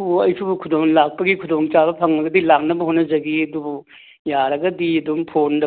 ꯑꯣ ꯑꯩꯁꯨ ꯂꯥꯛꯄꯒꯤ ꯈꯨꯗꯣꯡꯆꯥꯕ ꯐꯪꯉꯒꯗꯤ ꯂꯥꯛꯅꯕ ꯍꯣꯠꯅꯖꯒꯦ ꯑꯗꯨꯕꯨ ꯌꯥꯔꯒꯗꯤ ꯑꯗꯨꯝ ꯐꯣꯟꯗ